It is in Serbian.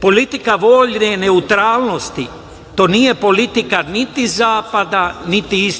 politika vojne neutralnosti. To nije politika niti zapada, niti